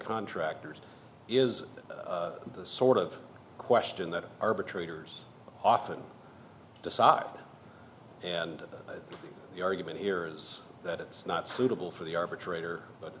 contractors is the sort of question that arbitrator's often decide and the argument here is that it's not suitable for the arbitrator but